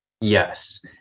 Yes